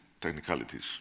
technicalities